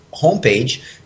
homepage